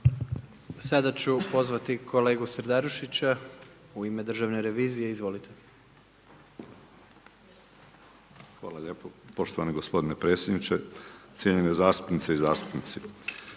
Sada ću pozvati kolegu Serdarušića u ime Državne revizije. Izvolite. **Serdarušić, Jozo** Hvala lijepo poštovani gospodine predsjedniče, cijenjene zastupnice i zastupnici.